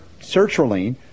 sertraline